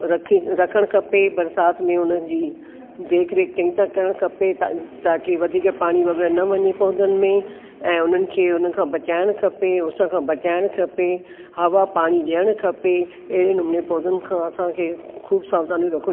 रखे रखणु खपे बरसात में उननि जी देख रेख चङी तरह करिणी खपे त ताकि वधीक पाणी वग़ैरह न वञे पौधनि में ऐं उननि खे उननि खां बचाइणु खपे उस खां बचाइणु खपे हवा पाणी ॾियणु खपे अहिड़े नमूने पौधनि खां असांखे खूब सावधानियूं रखणियूं